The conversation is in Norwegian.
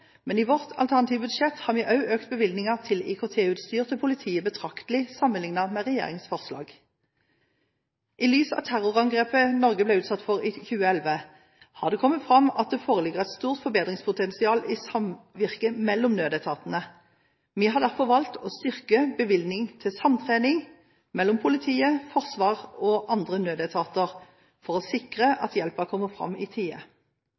men i vårt alternative budsjett har vi også økt bevilgningen til IKT-utstyr til politiet betraktelig sammenlignet med regjeringens forslag. I lys av terrorangrepet Norge ble utsatt for i 2011, har det kommet fram at det foreligger et stort forbedringspotensial i samvirket mellom nødetatene. Vi har derfor valgt å styrke bevilgning til samtrening mellom politiet, Forsvaret og andre nødetater for å sikre at hjelpen kommer fram i tide.